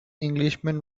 englishman